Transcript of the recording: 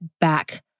back